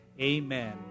amen